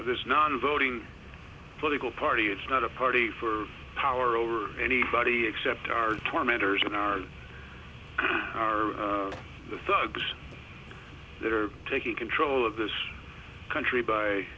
this non voting political party is not a party for power over anybody except our tormentors in our are the thugs that are taking control of this country by